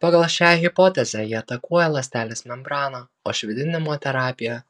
pagal šią hipotezę jie atakuoja ląstelės membraną o švitinimo terapija